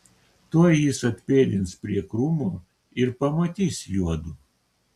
tuoj jis atpėdins prie krūmo ir pamatys juodu